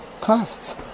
costs